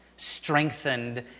strengthened